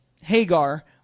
Hagar